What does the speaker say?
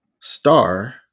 star